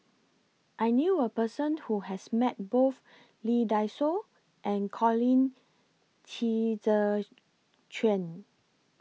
I knew A Person Who has Met Both Lee Dai Soh and Colin Qi Zhe Quan